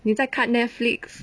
你在看 netflix